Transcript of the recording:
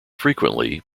frequently